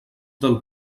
del